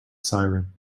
siren